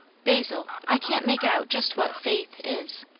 basil, i can't make out just what faith is.